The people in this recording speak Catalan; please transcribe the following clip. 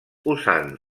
usant